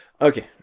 Okay